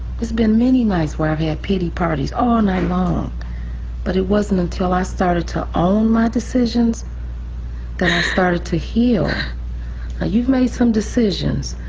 there's been many nights where um i had pity parties all night long but it wasn't until i started to own my decisions that i started to heal. now ah you've made some decisions,